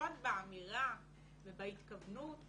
לפחות באמירה ובהתכוונות